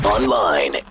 Online